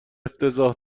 افتضاح